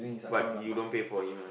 but you don't pay for him ah